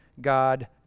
god